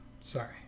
Sorry